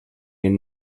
and